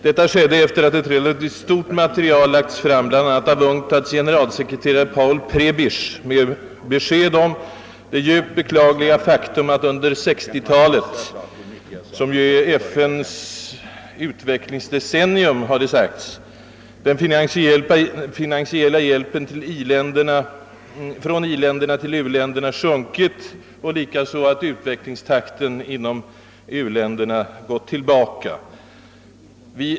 Detta skedde efter det att ett relativt stort material lagts fram bl.a. av UNCTAD :s generalsekreterare Paul Prebisch med besked om det djupt beklagliga förhållandet, att under 1960-talet — som ju FN förklarat som utvecklingsdecenniet — den finansiella hjälpen från industriländer till u-länder har sjunkit och likaså att utvecklingstakten inom u-länderna har minskat.